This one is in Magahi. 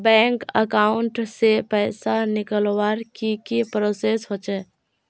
बैंक अकाउंट से पैसा निकालवर की की प्रोसेस होचे?